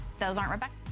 those are rebecca.